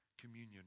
communion